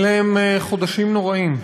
אלה הם חודשים נוראים,